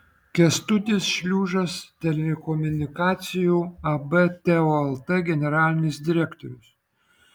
kęstutis šliužas telekomunikacijų ab teo lt generalinis direktorius